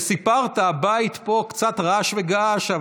גם כשסיפרת הבית פה קצת רעש וגעש,